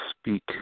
speak